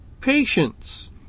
patience